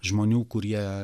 žmonių kurie